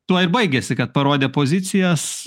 tuo ir baigėsi kad parodė pozicijas